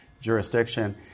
jurisdiction